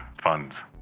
funds